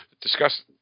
discuss